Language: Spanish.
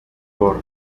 por